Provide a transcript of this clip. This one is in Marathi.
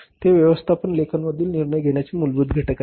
ते व्यवस्थापन लेखामधील निर्णय घेण्याचे मूलभूत घटक आहेत